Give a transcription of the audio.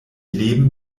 leben